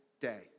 day